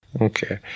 Okay